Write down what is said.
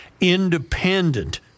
independent